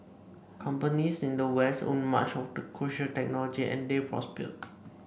companies in the west owned much of the crucial technology and they prospered